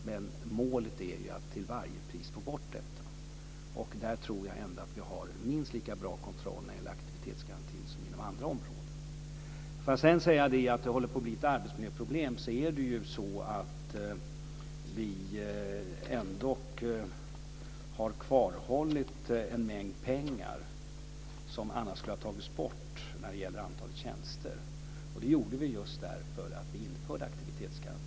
Men målet är ju att till varje pris få bort detta. Där tror jag ändå att vi har minst lika bra kontroll i fråga om aktivitetsgarantin som inom andra områden. Sedan vill jag säga något apropå att det håller på att bli ett arbetsmiljöproblem. Det är ju ändå så att vi har kvarhållit en mängd pengar som annars skulle ha tagits bort när det gäller antalet tjänster. Det gjorde vi just för att vi införde aktivitetsgarantin.